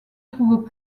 trouve